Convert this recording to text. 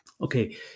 Okay